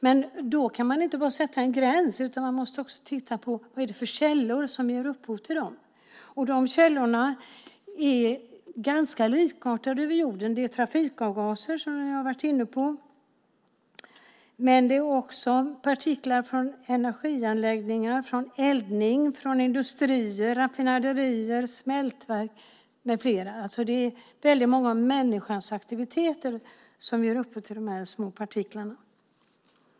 Men då kan man inte bara sätta en gräns, utan man måste också titta på vad det är för källor som ger upphov till dessa partiklar. De källorna är ganska likartade över jorden. Det är trafikavgaser, som vi har varit inne på, men det är också partiklar från energianläggningar och eldning, från industrier, raffinaderier, smältverk med flera - det är väldigt många av människans aktiviteter som ger upphov till de här små partiklarna.